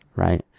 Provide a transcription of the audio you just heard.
right